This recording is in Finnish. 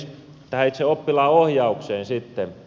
tähän itse oppilaanohjaukseen sitten